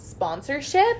Sponsorship